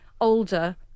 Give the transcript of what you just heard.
older